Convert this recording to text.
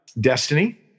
Destiny